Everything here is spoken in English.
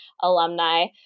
alumni